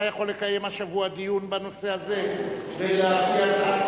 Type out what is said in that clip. אתה יכול לקיים השבוע דיון בנושא הזה כדי להציע הצעת